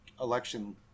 election